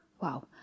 Wow